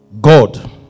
God